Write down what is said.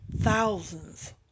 Thousands